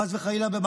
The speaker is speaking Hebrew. חס וחלילה,